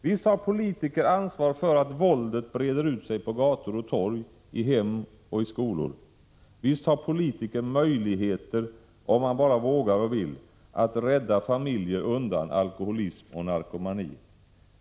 Visst har politiker ansvar för att våldet breder ut sig på gator och torg, i hem och skolor. Visst har politiker möjligheter, om de bara vågar och vill, att rädda familjer undan alkoholism och narkomani.